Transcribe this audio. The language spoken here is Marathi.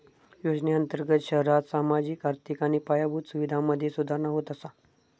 योजनेअंर्तगत शहरांत सामाजिक, आर्थिक आणि पायाभूत सुवीधांमधे सुधारणा होत असा